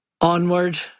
Onward